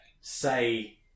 say